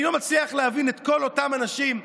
אני לא מצליח להבין את כל אותם אנשים.